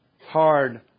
hard